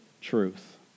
truth